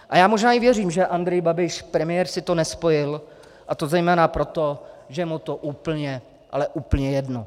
A já možná i věřím, že Andrej Babiš, premiér, si to nespojil, a to zejména proto, že je mu to úplně, ale úplně jedno.